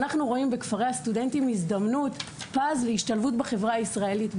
אנחנו רואים בכפרי הסטודנטים הזדמנות פז להשתלבות בחברה הישראלית.